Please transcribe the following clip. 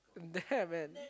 there man